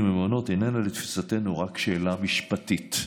ומעונות איננה לתפיסתנו רק שאלה משפטית,